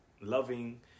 loving